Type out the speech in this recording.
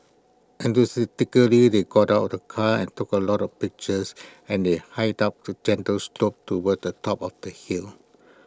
enthusiastically they got out of the car and took A lot of pictures and they hiked up A gentle slope towards the top of the hill